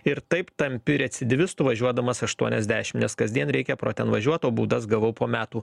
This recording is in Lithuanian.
ir taip tampi recidyvistu važiuodamas aštuoniasdešim nes kasdien reikia pro ten važiuot o baudas gavau po metų